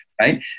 right